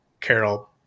Carol